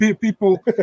People